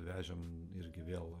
vežėm irgi vėl